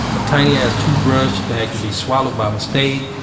a tiny ass toothbrush that could be swallowed by mistake,